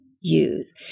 use